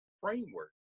framework